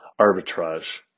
arbitrage